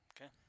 Okay